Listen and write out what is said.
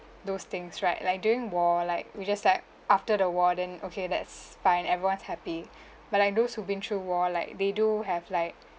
those things right like during war like we just like after the war then okay that's fine everyone's happy but Iike those who've been through war like they do have like